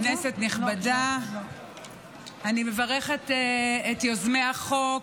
כנסת נכבדה, אני מברכת את יוזמי החוק,